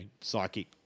psychic